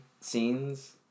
scenes